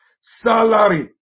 Salary